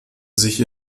sich